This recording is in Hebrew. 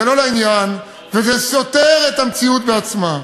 זה לא לעניין וזה סותר את המציאות עצמה.